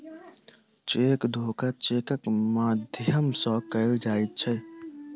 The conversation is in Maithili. चेक धोखा चेकक माध्यम सॅ कयल जाइत छै